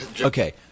Okay